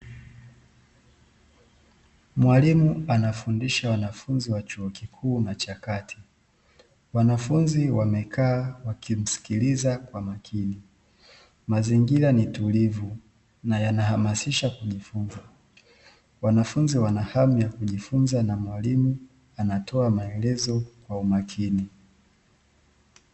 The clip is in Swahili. Mwalimu anafundisha wanafunzi wa chuo kikuu na cha kati, wanafunzi wamekaa na kumsikiliza kwa makini mazingira ni tulivu nayana hamasisha kujifunza, wanafunzi wana hamu yakujifunza na walimu anatoa maelezo kwa umakini.